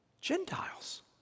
Gentiles